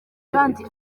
kandi